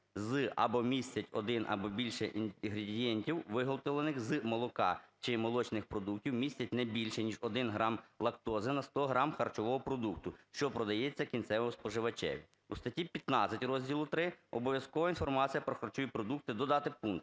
з або містять один або більше інгредієнтів, виготовлених з молока, чи молочних продуктів, містять не більше, ніж 1 грам лактози на 100 грам харчового продукту, що продається кінцевому споживачеві". У статті 15 Розділу ІІІ "Обов'язкова інформація про харчові продукти" додати пункт: